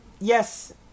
Yes